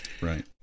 Right